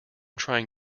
trying